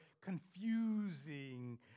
confusing